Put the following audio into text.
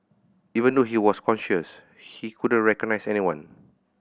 even though he was conscious he couldn't recognise anyone